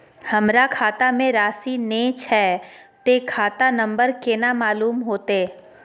हमरा खाता में राशि ने छै ते खाता नंबर केना मालूम होते?